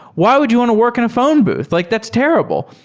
why would you want to work in a phone booth? like that's terrible.